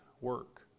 work